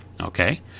okay